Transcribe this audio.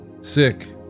sick